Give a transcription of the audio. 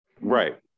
right